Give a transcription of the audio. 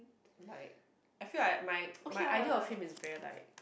like I feel like my my idea of him is very like